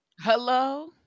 hello